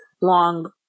long